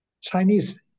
Chinese